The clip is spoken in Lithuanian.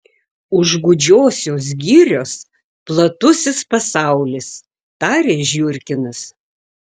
už gūdžiosios girios platusis pasaulis tarė žiurkinas